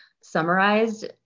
summarized